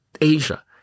Asia